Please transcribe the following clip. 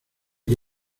que